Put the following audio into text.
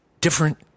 different